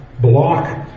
block